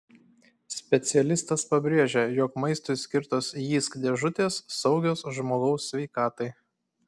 specialistas pabrėžia jog maistui skirtos jysk dėžutės saugios žmogaus sveikatai